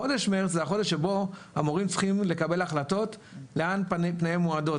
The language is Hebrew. חודש מרץ זה החודש שבו המורים צריכים לקבל החלטות לאן פניהם מועדות.